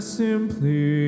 simply